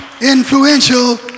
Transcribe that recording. influential